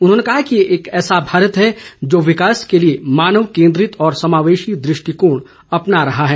उन्होंने कहा कि यह एक ऐसा भारत है जो विकास के लिए मानव केन्द्रित और समावेशी दृष्टिकोण अपना रहा है